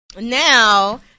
Now